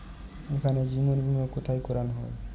এখানে জীবন বীমা কোথায় করানো হয়?